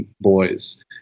boys